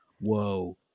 whoa